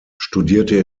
studierte